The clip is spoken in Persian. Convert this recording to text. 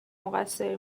مقصر